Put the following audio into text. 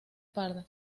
pardas